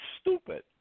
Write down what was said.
stupid